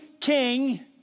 king